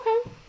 Okay